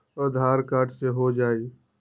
आधार card से हो जाइ?